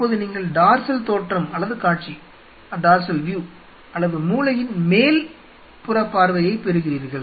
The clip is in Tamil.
இப்போது நீங்கள் டார்சல் தோற்றம் அல்லது காட்சி அல்லது மூளையின் மேல் பார்வையைப் பெறுகிறீர்கள்